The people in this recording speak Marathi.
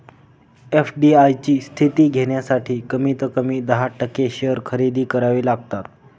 एफ.डी.आय ची स्थिती घेण्यासाठी कमीत कमी दहा टक्के शेअर खरेदी करावे लागतात